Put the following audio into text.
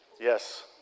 Yes